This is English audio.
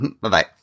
Bye-bye